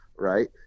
Right